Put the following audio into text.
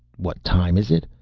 what time is it?